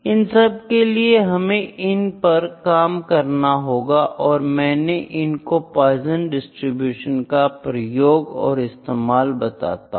इन सबके लिए हमें इन पर काम करना होगा और मैंने आपको पोईजन डिस्ट्रीब्यूशन का प्रयोग और इस्तेमाल बता दिया है